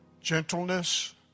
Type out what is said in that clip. gentleness